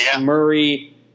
Murray